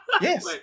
Yes